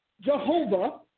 Jehovah